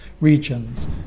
regions